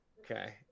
Okay